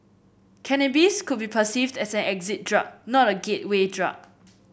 cannabis could be perceived as an exit drug not a gateway drug